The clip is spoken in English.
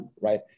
right